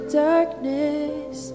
darkness